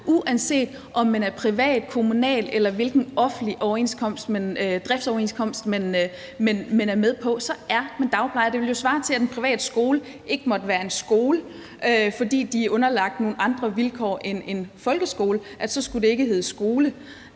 Uanset om man er privat eller kommunal, og uanset hvilken offentlig driftsoverenskomst man er med på, er man dagplejer. Det ville jo svare til, at en privat skole ikke måtte være en skole, fordi de er underlagt nogle andre vilkår end en folkeskole, altså så det ikke skulle hedde skole.